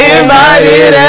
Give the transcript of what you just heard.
Invited